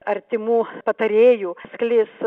artimų patarėjų sklis